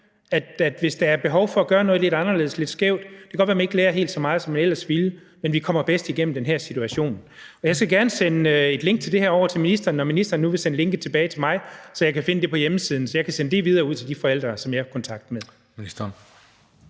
hvis der er behov for at gøre noget lidt anderledes eller lidt skævt. Det kan godt være, at barnet ikke lærer helt så meget, som det ellers ville, men man kommer igennem situationen på den bedste måde. Jeg skal gerne sende et link til det her over til ministeren, når ministeren nu vil sende sit link til mig, så jeg kan finde det på hjemmesiden, så jeg kan sende det videre ud til de forældre, som jeg har kontakt med.